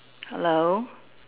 hello